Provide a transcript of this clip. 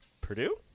purdue